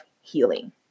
healing